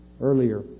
earlier